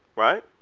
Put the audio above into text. right?